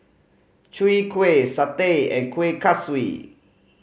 Chwee Kueh satay and Kuih Kaswi